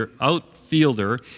outfielder